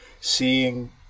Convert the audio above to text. seeing